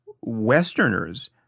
Westerners